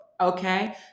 okay